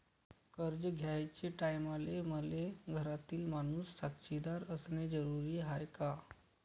कर्ज घ्याचे टायमाले मले घरातील माणूस साक्षीदार असणे जरुरी हाय का?